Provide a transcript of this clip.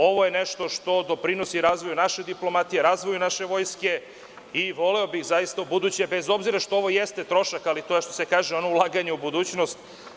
Ovo je nešto što doprinosi razvoju naše diplomatije, razvoju naše vojske i voleo bih zaista, ubuduće, bez obzira što ovo jeste trošak, ali to je što se kaže ono ulaganje u budućnost.